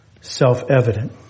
self-evident